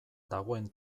dagoen